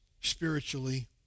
spiritually